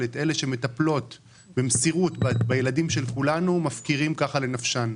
אבל את אלה שמטפלות במסירות בילדים של כולנו מפקירים לנפשן.